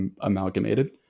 amalgamated